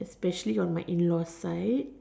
especially on my in laws side